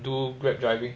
do Grab driving